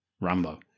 Rambo